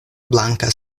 blanka